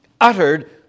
...uttered